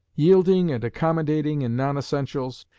yielding and accommodating in non-essentials,